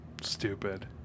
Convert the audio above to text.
stupid